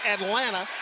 Atlanta